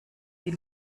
die